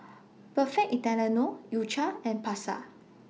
Perfect Italiano U Cha and Pasar